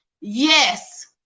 Yes